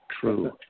true